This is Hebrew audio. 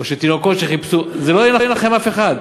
או שתינוקות שחיפשו, זה לא ינחם אף אחד.